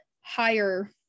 higher